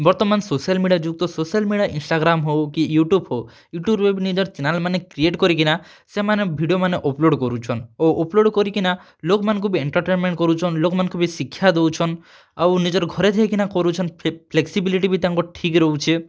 ବର୍ତ୍ତମାନ୍ social media ଯୁକ୍ତ social media Instagram ହେଉ କି ୟୁଟ୍ୟୁବ୍ ହେଉ ୟୁଟ୍ୟୁବ୍ ରୁ ଚ୍ୟାନେଲ୍ ମାନେ କ୍ରିଏଟ୍ କରିକିନା ସେମାନେ ଭିଡ଼ିଓମାନେ ଅପ୍ଲୋଡ଼୍ କରୁଛନ୍ ଓ ଅପ୍ଲୋଡ଼୍ କରିକିନା ଲୋକ୍ମାନଙ୍କୁ ବି ଏଣ୍ଟର୍ଟେଣ୍ଟ୍ କରୁଛନ୍ ଲୋକ୍ମାନ୍ଙ୍କୁ ବି ଶିକ୍ଷା ଦେଉଛନ୍ ଆଉ ନିଜର୍ ଘରେ ଥାଇକିନା କରୁଛନ୍ ଫ୍ଲେକ୍ସିବିଲିଟି ତାଙ୍କର୍ ଠିକ୍ ରହୁଛି